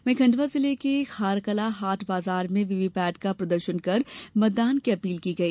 वहीं खंडवा जिले के खारकला हाट बाजार में वीवीपैट का प्रदर्शन कर मतदान की अपील की गई